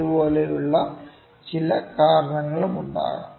ഇതുപോലുള്ള ചില കാരണങ്ങളുണ്ടാകാം